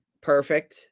perfect